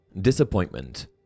DISAPPOINTMENT